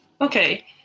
Okay